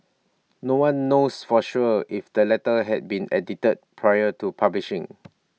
no one knows for sure if the letter had been edited prior to publishing